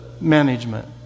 management